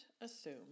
assume